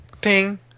Ping